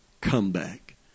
comeback